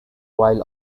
while